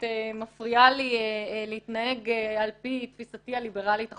את מפריעה לי להתנהג על פי תפיסתי הליברלית החופשית.